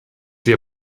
wir